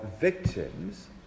victims